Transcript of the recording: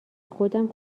خودم